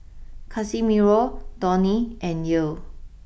Casimiro Donny and Yael